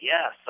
Yes